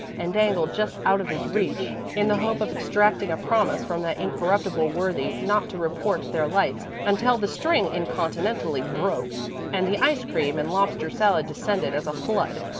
and dangled just out of his reach, in the hope of extracting a promise from that incorruptible worthy not to report their lights, until the string incontinently broke and the ice cream and lobster salad descended as a flood,